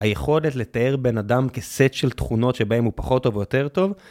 היכולת לתאר בן אדם כסט של תכונות שבהם הוא פחות טוב או יותר טוב.